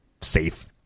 safe